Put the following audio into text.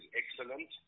excellent